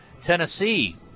Tennessee